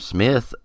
Smith